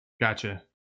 gotcha